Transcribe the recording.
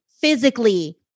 physically